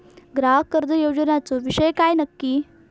ग्राहक कर्ज योजनेचो विषय काय नक्की?